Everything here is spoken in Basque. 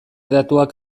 datuak